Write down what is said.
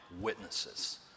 witnesses